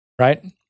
Right